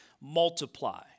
multiply